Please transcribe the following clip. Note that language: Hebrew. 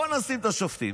בואו נשים את השופטים,